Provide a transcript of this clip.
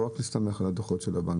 לא רק להסתמך על הדוחות של הבנקים.